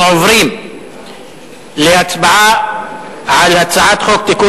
אנחנו עוברים להצבעה על הצעת חוק לתיקון